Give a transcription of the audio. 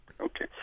Okay